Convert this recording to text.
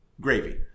Gravy